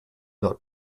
not